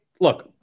look